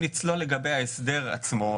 אם נצלול לגבי ההסדר עצמו,